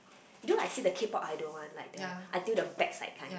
you know I see the K-pop idol one like the until the backside kind